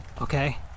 Okay